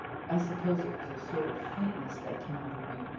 i suppose it was a sort of faintness that came over me.